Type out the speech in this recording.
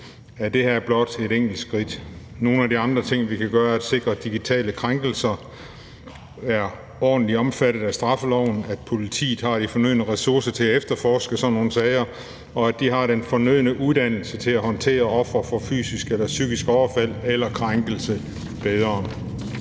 er det her blot et enkelt skridt. Nogle af de andre ting, vi kan gøre, er at sikre, at digitale krænkelser er ordentligt omfattet af straffeloven, at politiet har de fornødne ressourcer til at efterforske sådan nogle sager, og at de har den fornødne uddannelse til at håndtere ofre for fysiske eller psykiske overfald eller krænkelser bedre.